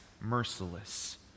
merciless